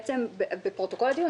בפרוטוקול הדיון